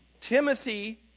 Timothy